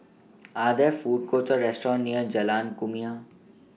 Are There Food Courts Or restaurants near Jalan Kumia